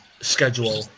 schedule